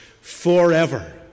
forever